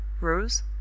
rose